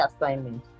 assignment